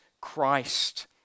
Christ